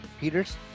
Peters